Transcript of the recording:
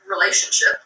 relationship